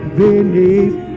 beneath